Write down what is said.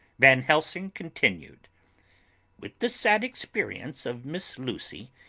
van helsing continued with the sad experience of miss lucy,